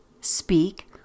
speak